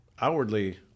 Outwardly